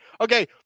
okay